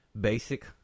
basic